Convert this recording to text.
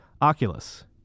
Oculus